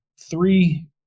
three